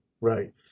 right